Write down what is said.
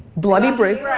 bloody brave.